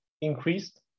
increased